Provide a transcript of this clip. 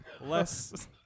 Less